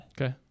Okay